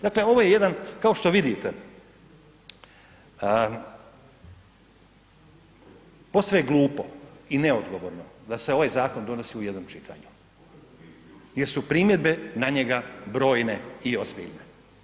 Dakle ovo je jedan kao što vidite posve je glupo i neodgovorno da se ovaj zakon donosi u jednom čitanju jer su primjedbe na njega brojne i ozbiljne.